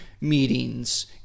meetings